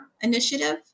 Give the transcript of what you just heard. initiative